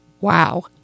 Wow